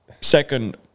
second